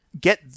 get